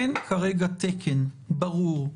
אין כרגע תקן ברור,